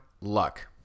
Luck